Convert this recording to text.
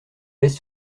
laisse